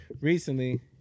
recently